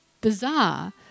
bizarre